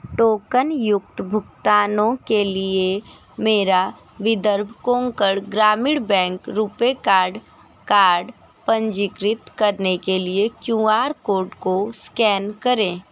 token युक्त भुगतानों के लिए मेरा विदर्भ कोंकण ग्रामीण बैंक रुपए कार्ड कार्ड पंजीकृत करने के लिए क्यू आर कोड को स्कैन करें